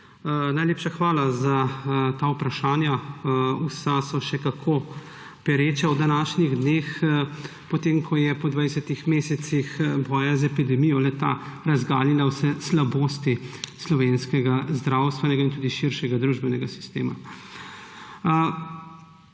Najlepša hvala za ta vprašanja, vsa so še kako pereča v današnjih dneh, potem ko je po 20 mesecih boja z epidemijo le-ta razgalila vse slabosti slovenskega zdravstvenega in tudi širšega družbenega sistema.